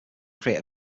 create